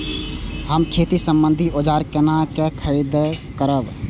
हम खेती सम्बन्धी औजार केना खरीद करब?